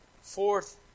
fourth